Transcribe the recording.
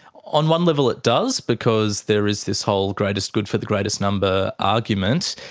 on one level it does because there is this whole greatest good for the greatest number argument,